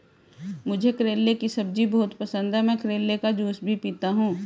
मुझे करेले की सब्जी बहुत पसंद है, मैं करेले का जूस भी पीता हूं